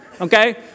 Okay